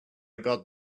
got